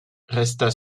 resta